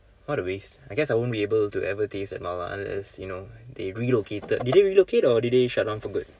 what a waste I guess I won't be able to ever taste that mala unless you know they relocated did they relocate or did they shut down for good